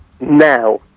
now